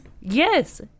Yes